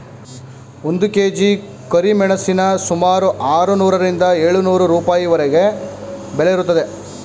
ಒಂದು ಕೆ.ಜಿ ಕರಿಮೆಣಸಿನ ಸುಮಾರು ಆರುನೂರರಿಂದ ಏಳು ನೂರು ರೂಪಾಯಿವರೆಗೆ ಬೆಲೆ ಇರುತ್ತದೆ